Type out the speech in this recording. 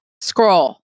Scroll